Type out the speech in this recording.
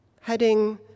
heading